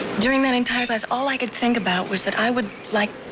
during that entire class all i could think about was that i would like.